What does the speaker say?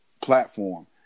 platform